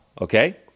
Okay